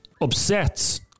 upsets